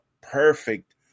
perfect